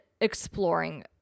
exploring